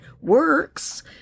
works